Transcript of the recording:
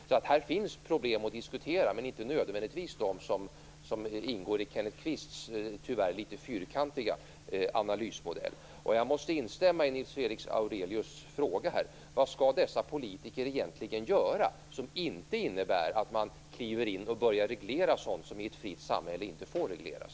Så här finns problem att diskutera, men inte nödvändigtvis de som ingår i Kenneth Kvists, tyvärr, litet fyrkantiga analysmodell. Jag måste instämma i Nils Fredrik Aurelius fråga: Vad skall dessa politiker egentligen göra, som inte innebär att man kliver in och börjar att reglera sådant som i ett fritt samhälle inte får regleras?